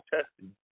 testing